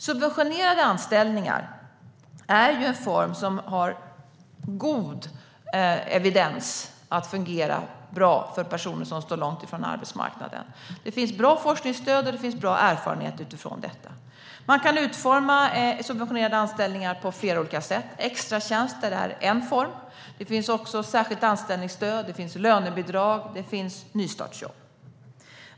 Subventionerade anställningar är en form som har god evidens när det gäller att fungera bra för personer som står långt ifrån arbetsmarknaden. Det finns bra forskningsstöd och erfarenhet när det gäller detta. Man kan utforma subventionerade anställningar på flera olika sätt. Extratjänster är en form. Det finns också särskilt anställningsstöd, lönebidrag och nystartsjobb.